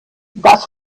das